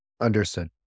Understood